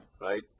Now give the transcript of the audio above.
right